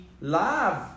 love